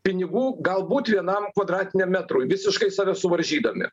pinigų galbūt vienam kvadratiniam metrui visiškai save suvaržydami